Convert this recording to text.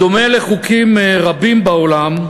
בדומה לחוקים רבים בעולם,